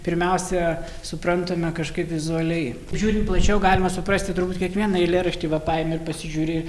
pirmiausia suprantame kažkaip vizualiai žiūrint plačiau galima suprasti turbūt kiekvieną eilėraštį va paimi ir pasižiūri